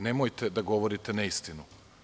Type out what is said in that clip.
Nemojte da govorite neistinu.